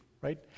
right